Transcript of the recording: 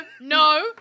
No